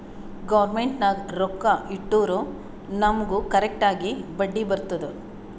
government ನಾಗ್ ರೊಕ್ಕಾ ಇಟ್ಟುರ್ ನಮುಗ್ ಕರೆಕ್ಟ್ ಆಗಿ ಬಡ್ಡಿ ಬರ್ತುದ್